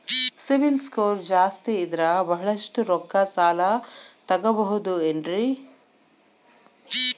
CIBIL score ಜಾಸ್ತಿ ಇದ್ರ ಬಹಳಷ್ಟು ರೊಕ್ಕ ಸಾಲ ತಗೋಬಹುದು ಏನ್ರಿ?